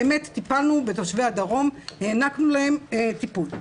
באמת טיפלנו בתושבי הדרום, הענקנו להם טיפול.